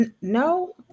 No